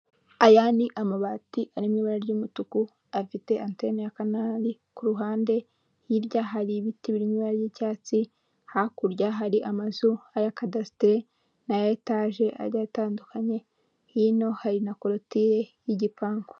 Aya ni amabati ari mu ibara ry'umutuku afite anteni ya kanari ku ruhande, hirya hari ibiti biri mu ibara ry'icyatsi hakurya hari amazu aya kadasiteri n'aya etaje agiye atandukanye hino hari na korutire y'igipangu.